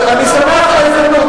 אני שמח על ההזדמנות,